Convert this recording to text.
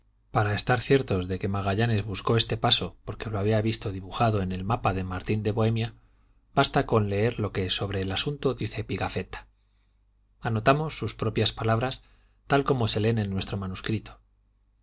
para estar ciertos de que magallanes buscó este paso porque lo había visto dibujado en el mapa de martín de bohemia basta con leer lo que sobre el asunto dice pigafetta anotamos sus propias palabras tal como se leen en nuestro manuscrito